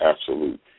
absolute